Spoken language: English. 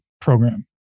program